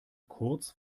kurz